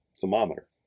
thermometer